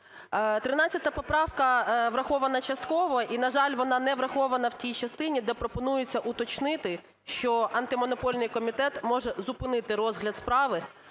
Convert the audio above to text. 13 поправка врахована частково і, на жаль, вона не врахована в тій частині, де пропонується уточнити, що Антимонопольний комітет може зупинити розгляд справи